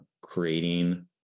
creating